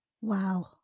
Wow